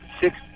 six